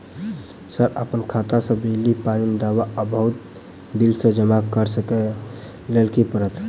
Sir अप्पन खाता सऽ बिजली, पानि, दवा आ बहुते बिल सब जमा करऽ लैल की करऽ परतै?